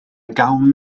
gawn